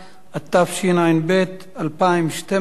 התשע"ב 2012,